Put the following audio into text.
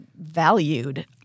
valued